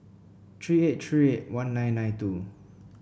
three eight three eight one nine nine two